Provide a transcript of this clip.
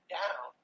down